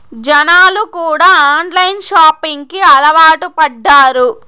జనాలు కూడా online shopping కి అలవాటు పడ్డారు